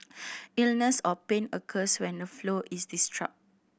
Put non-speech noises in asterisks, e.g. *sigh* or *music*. illness or pain occurs when the flow is *unintelligible*